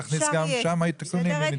להכניס גם שם אם יצטרכו.